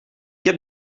heb